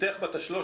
ביתך בת ה-13,